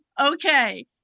Okay